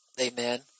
Amen